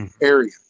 area